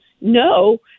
no